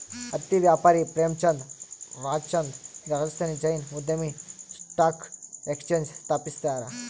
ಹತ್ತಿ ವ್ಯಾಪಾರಿ ಪ್ರೇಮಚಂದ್ ರಾಯ್ಚಂದ್ ರಾಜಸ್ಥಾನಿ ಜೈನ್ ಉದ್ಯಮಿ ಸ್ಟಾಕ್ ಎಕ್ಸ್ಚೇಂಜ್ ಸ್ಥಾಪಿಸ್ಯಾರ